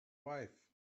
wife